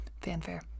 Fanfare